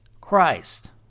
Christ